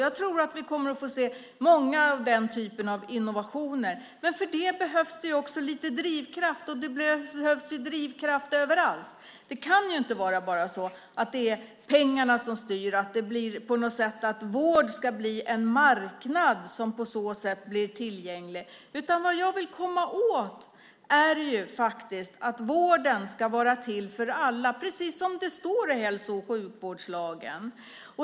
Jag tror att vi kommer att få se många av den typen av innovationer, men för det behövs det också lite drivkraft, och det behövs drivkrafter överallt. Det kan ju inte bara vara så att det är pengarna som ska styra, att vården ska bli en marknad som på så sätt blir tillgänglig. Vad jag vill är att vården ska vara till för alla, precis som det står i hälso och sjukvårdslagen.